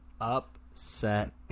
Upset